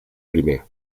primer